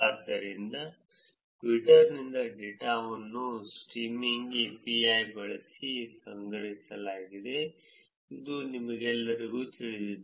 ಆದ್ದರಿಂದ ಟ್ವಿಟರ್ ನಿಂದ ಡೇಟಾವನ್ನು ಸ್ಟ್ರೀಮಿಂಗ್ API ಬಳಸಿ ಸಂಗ್ರಹಿಸಲಾಗಿದೆ ಇದು ನಿಮಗೆಲ್ಲರಿಗೂ ತಿಳಿದಿದೆ